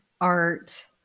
art